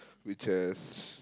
which has